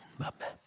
vabbè